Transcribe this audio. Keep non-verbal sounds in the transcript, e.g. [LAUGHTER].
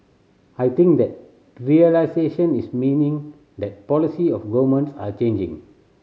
I think that realisation is meaning that policy of [UNINTELLIGIBLE] are changing